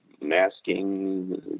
masking